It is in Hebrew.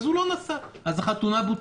אז הוא לא נסע, אז החתונה בוטלה.